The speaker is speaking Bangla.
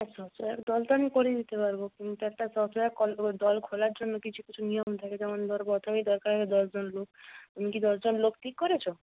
স্বসহায়ক দল তো আমি করিয়ে দিতে পারব কিন্তু একটা স্বসহায়ক দল খোলার জন্য কিছু কিছু নিয়ম থাকে যেমন ধরো প্রথমেই দরকার হয় দশজন লোক তুমি কি দশজন লোক ঠিক করেছ